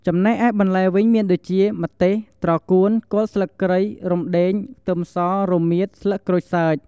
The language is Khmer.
ចំណែកឯបន្លែវិញមានដូចជា ម្ទេស ត្រកួន គល់ស្លឹកគ្រៃ រំដេង ខ្ទឹមស រមៀត ស្លឹកក្រូចសើច។